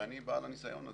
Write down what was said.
ואני בעל הניסיון הזה.